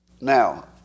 now